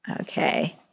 Okay